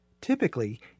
Typically